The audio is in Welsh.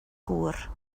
gŵr